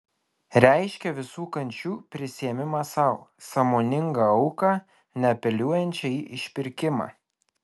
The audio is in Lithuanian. reiškia visų kančių prisiėmimą sau sąmoningą auką neapeliuojančią į išpirkimą